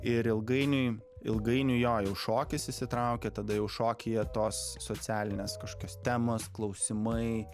ir ilgainiui ilgainiui jojau šokis įsitraukė tada jau šokyje tos socialinės kažkokios temos klausimai